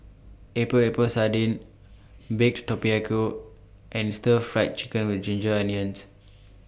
Epok Epok Sardin Baked Tapioca and Stir Fried Chicken with Ginger Onions